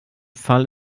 fall